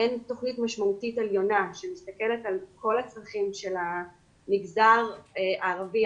אין תוכנית משמעותית עליונה שמסתכלת על כל הצרכים של המגזר הערבי,